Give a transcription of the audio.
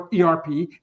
ERP